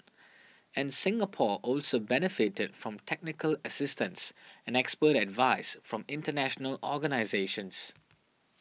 and Singapore also benefited from technical assistance and expert advice from international organisations